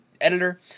editor